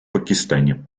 пакистане